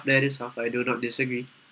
that is how I do not disagree